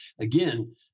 Again